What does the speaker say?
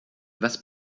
was